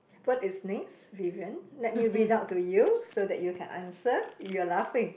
what is next Vivian let me read out to you so that you can answer you are laughing